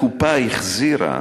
הקופה החזירה